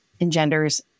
engenders